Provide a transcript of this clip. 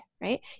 right